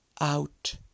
out